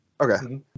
Okay